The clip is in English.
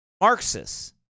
Marxists